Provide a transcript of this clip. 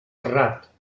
errat